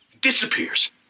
disappears